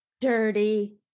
dirty